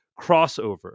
crossover